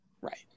right